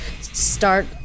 start